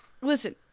listen